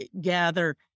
gather